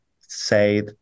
say